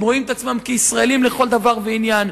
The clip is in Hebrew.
הם רואים את עצמם כישראלים לכל דבר ועניין.